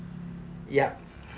yup